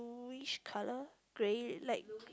which colour grey like